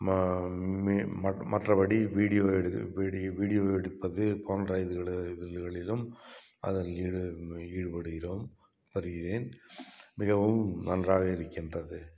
நான் மற் மற்றபடி வீடியோ எடுக்க வீடியோ வீடியோ எடுப்பது போன்ற இதுகளி இதுகளிலும் அதில் ஈடு ஈடுபடுகிறோம் படுகிறேன் மிகவும் நன்றாக இருக்கின்றது